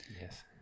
Yes